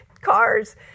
cars